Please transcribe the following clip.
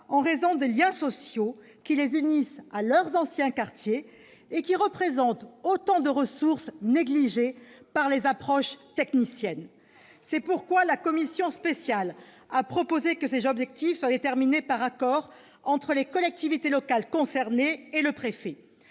la vie que des liens sociaux qui les unissent à leurs anciens quartiers et qui représentent autant de ressources négligées par les approches techniciennes. C'est pourquoi la commission spéciale a proposé que ces objectifs soient déterminés par accord entre les collectivités locales concernées et le préfet.